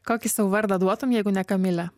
kokį savo vardą duotum jeigu ne kamilė